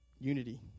unity